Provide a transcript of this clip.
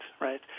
Right